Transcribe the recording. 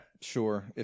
Sure